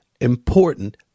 important